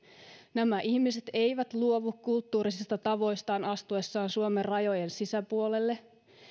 nämä ihmiset eivät luovu kulttuurisista tavoistaan astuessaan suomen rajojen sisäpuolelle